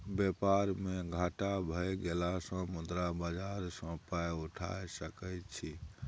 बेपार मे घाटा भए गेलासँ मुद्रा बाजार सँ पाय उठा सकय छी